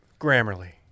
Grammarly